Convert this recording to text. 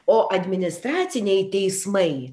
o administraciniai teismai